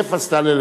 עייף, אז תעלה.